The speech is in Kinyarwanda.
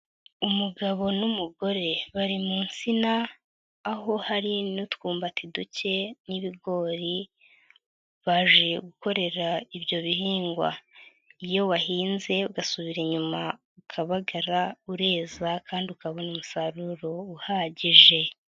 Umugabo n'umugore bari mu nsina aho hari n'utwumbati duke n'ibigori baje gukorera ibyo bihingwa, iyo wahinze ugasubira inyuma ukabagara ureza kandi ukabona umusaruro uhagije.